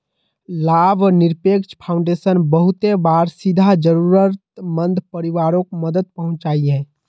लाभ निरपेक्ष फाउंडेशन बहुते बार सीधा ज़रुरत मंद परिवारोक मदद पहुन्चाहिये